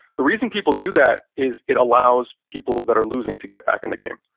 the reason people do that is it allows people that are losing to get back in the game.